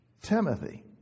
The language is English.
Timothy